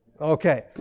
Okay